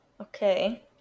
okay